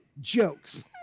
jokes